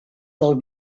del